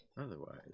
Otherwise